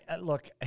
Look